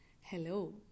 Hello